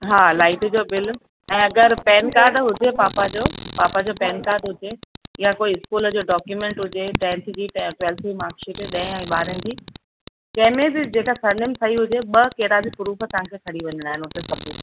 हा लाईट जो बिल ऐं अगरि पैन कार्ड हुजे पापा जो पापा जो पैन कार्ड हुजे यां कोई स्कूल जो डॉक्यूमेंट हुजे टेंथ जी ट्वेल्थ जी मार्कशीट ॾहें ऐं ॿारहें जी कंहिं में बि जंहिं में सरनेम सही हुजे ॿ कहिड़ा बि प्रूफ तव्हां खे खणी वञिणा आहिनि उते